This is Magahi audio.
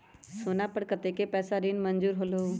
सोना पर कतेक पैसा ऋण मंजूर होलहु?